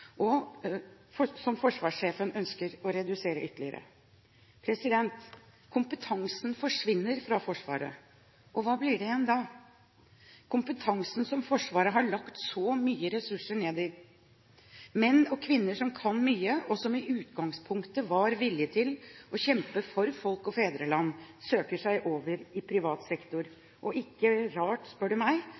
og som forsvarssjefen ønsker å redusere ytterligere. Kompetansen forsvinner fra Forsvaret – og hva blir det igjen da? Kompetansen som Forsvaret har lagt så mye resurser ned i – menn og kvinner som kan mye, og som i utgangspunktet var villige til å kjempe for folk og fedreland – søker seg over i privat sektor. Det er ikke rart, spør du meg,